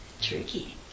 tricky